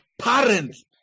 parents